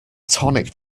tonic